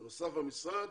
בנוסף, המשרד